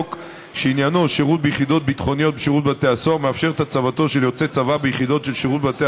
חוק שירות ביטחון (הוראת שעה) (הצבת יוצאי צבא בשירות בתי